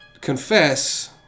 confess